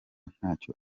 ntacyo